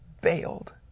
bailed